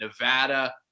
Nevada